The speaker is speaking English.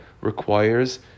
requires